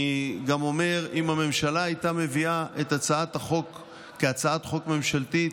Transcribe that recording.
אני גם אומר שאם הממשלה הייתה מביאה את הצעת החוק כהצעת חוק ממשלתית,